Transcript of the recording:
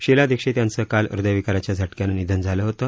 शीला दिक्षीत यांचं काल हृदयविकाराच्या झटक्यानं निधन झालं होतं